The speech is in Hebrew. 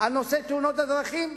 על נושא תאונות הדרכים?